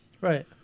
Right